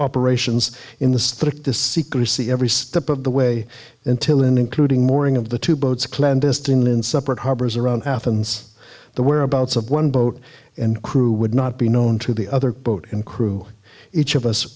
operations in the strictest secrecy every step of the way until including morning of the two boats clandestinely in separate harbors around athens the whereabouts of one boat and crew would not be known to the other boat and crew each of us